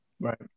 right